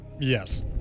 Yes